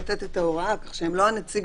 הם לא הנציג